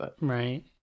Right